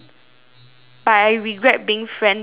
but I regret being friends with her